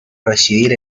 residir